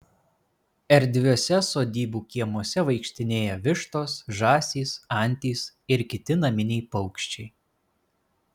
erdviuose sodybų kiemuose vaikštinėja vištos žąsys antys ir kiti naminiai paukščiai